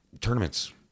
tournaments